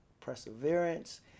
Perseverance